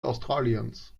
australiens